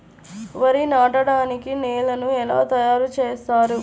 వరి నాటడానికి నేలను ఎలా తయారు చేస్తారు?